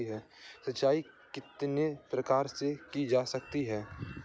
सिंचाई कितने प्रकार से की जा सकती है?